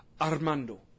Armando